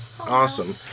awesome